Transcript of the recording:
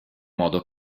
modo